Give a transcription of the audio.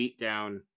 beatdown